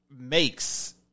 makes